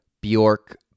Bjork